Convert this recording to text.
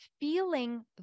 feeling